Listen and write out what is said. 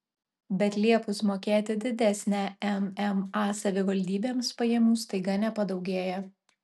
bet liepus mokėti didesnę mma savivaldybėms pajamų staiga nepadaugėja